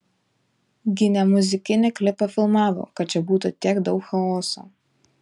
gi ne muzikinį klipą filmavo kad čia būtų tiek daug chaoso